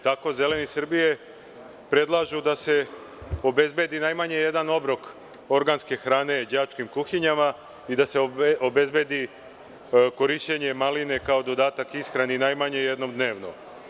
Tako Zeleni Srbije predlažu da se obezbedi najmanje jedan obrok organske hrane đačkim kuhinjama i da se obezbedi korišćenje maline kao dodatak ishrani najmanje jednom dnevno.